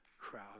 crowd